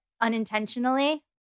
unintentionally